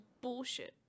bullshit